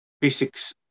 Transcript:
Physics